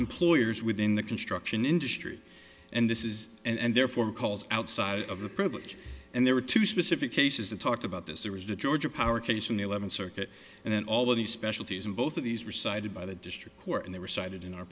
employers within the construction industry and this is and therefore calls outside of the privilege and there were two specific cases that talked about this there was the georgia power case in the eleventh circuit and then all of these specialties and both of these were cited by the district court and they were cited in our